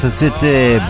c'était